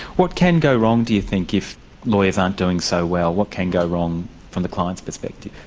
what can go wrong, do you think, if lawyers aren't doing so well? what can go wrong from the client's perspective?